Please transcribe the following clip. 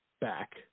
back